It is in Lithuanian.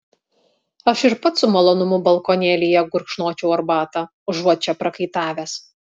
aš ir pats su malonumu balkonėlyje gurkšnočiau arbatą užuot čia prakaitavęs